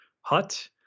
hut